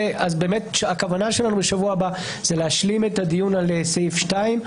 אז הכוונה שלנו לשבוע הבא זה להשלים את הדיון על סעיף 2,